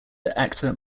actor